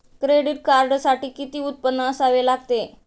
Credit कार्डसाठी किती उत्पन्न असावे लागते?